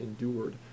endured